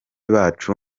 bacu